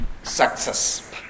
success